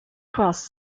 cross